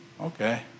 Okay